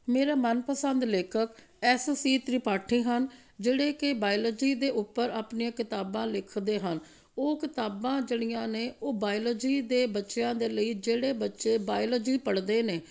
ਮੇਰਾ ਮਨਪਸੰਦ ਲੇਖਕ ਐੱਸ ਸੀ ਤ੍ਰਿਪਾਠੀ ਹਨ ਜਿਹੜੇ ਕਿ ਬਾਇਲੋਜੀ ਦੇ ਉੱਪਰ ਆਪਣੀਆਂ ਕਿਤਾਬਾਂ ਲਿਖਦੇ ਹਨ ਉਹ ਕਿਤਾਬਾਂ ਜਿਹੜੀਆਂ ਨੇ ਉਹ ਬਾਇਲੋਜੀ ਦੇ ਬੱਚਿਆਂ ਦੇ ਲਈ ਜਿਹੜੇ ਬੱਚੇ ਬਾਇਲੋਜੀ ਪੜ੍ਹਦੇ ਨੇ